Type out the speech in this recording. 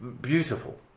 beautiful